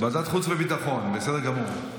ועדת חוץ וביטחון, בסדר גמור.